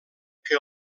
que